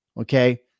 Okay